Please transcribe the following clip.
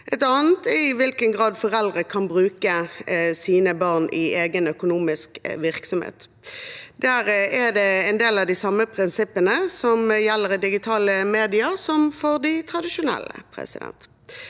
mot barn og i hvilken grad foreldre kan bruke sine barn i egen økonomisk virksomhet. Det er en del av de samme prinsippene som gjelder for digitale medier, som for de tradisjonelle mediene.